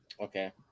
Okay